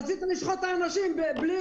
רצית לשחוט את האנשים בלי,